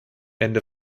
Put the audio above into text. ende